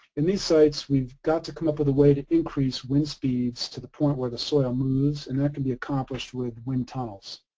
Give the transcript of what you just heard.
in these sites we've got to come up with a way to increase wind speeds to the point where the soil moves and that can be accomplished with wind tunnels.